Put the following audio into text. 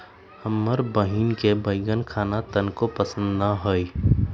हमर बहिन के बईगन खाना तनको पसंद न हई